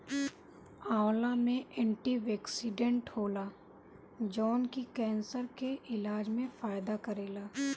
आंवला में एंटीओक्सिडेंट होला जवन की केंसर के इलाज में फायदा करेला